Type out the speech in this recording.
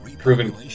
proven